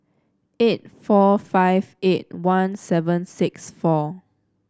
eight four five eight one seven six four